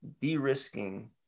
de-risking